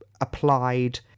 applied